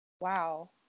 wow